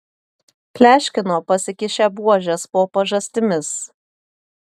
pleškino pasikišę buožes po pažastimis